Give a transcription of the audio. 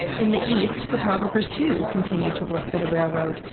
in the east, photographers too continued to work for the railroad,